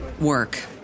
work